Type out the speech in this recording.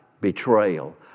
betrayal